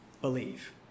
believe